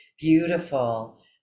beautiful